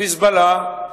"חיזבאללה",